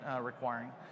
requiring